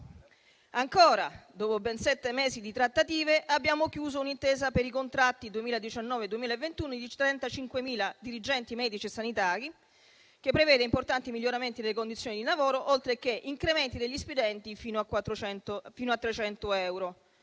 Ancora: dopo ben sette mesi di trattative, abbiamo chiuso un'intesa per i contratti 2019-2021 di 35.000 dirigenti medici e sanitari, che prevede importanti miglioramenti nelle condizioni di lavoro, oltre che incrementi degli stipendi fino a 300 euro.